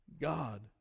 God